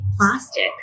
plastic